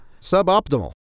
suboptimal